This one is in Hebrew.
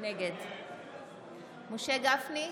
נגד משה גפני,